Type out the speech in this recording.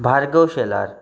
Bhargava Shelar